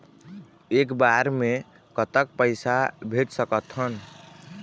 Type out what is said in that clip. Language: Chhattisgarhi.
एक बार मे कतक पैसा भेज सकत हन?